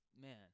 man